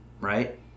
right